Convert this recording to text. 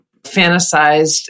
fantasized